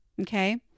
Okay